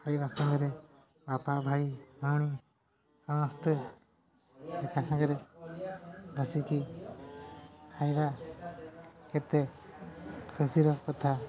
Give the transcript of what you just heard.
ଖାଇବା ସମୟରେ ବାପା ଭାଇ ଭଉଣୀ ସମସ୍ତେ ଏକା ସାଙ୍ଗରେ ବସିକି ଖାଇବା କେତେ ଖୁସିର କଥା